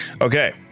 okay